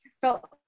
Felt